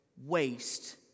waste